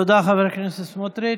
תודה, חבר הכנסת סמוטריץ'.